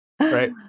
right